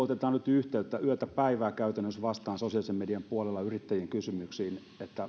otetaan nyt yhteyttä yötä päivää käytännössä vastaan sosiaalisen median puolella yrittäjien kysymyksiin että